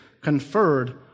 conferred